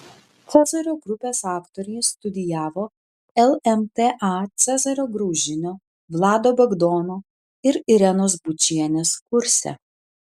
cezario grupės aktoriai studijavo lmta cezario graužinio vlado bagdono ir irenos bučienės kurse